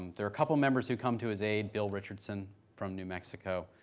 there are a couple members who come to his aid, bill richardson from new mexico,